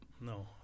No